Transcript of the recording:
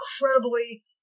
incredibly